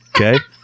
Okay